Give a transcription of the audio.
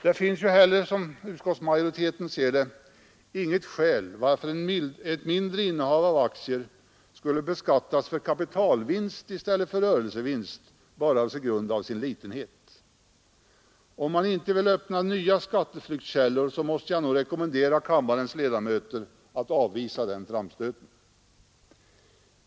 Det finns inte heller, som utskottsmajoriteten ser det, något skäl till att ett mindre innehav av aktier skulle beskattas för kapitalvinst i stället för rörelsevinst bara på grund av sin litenhet. Om man inte vill öppna nya skatteflyktskällor, måste jag nog rekommendera kammarens ledamöter att avvisa den framställningen.